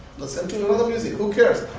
listen to your other music, who cares,